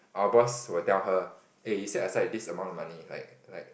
our boss will tell her eh you set aside this amount of money like like